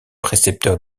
précepteur